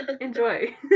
Enjoy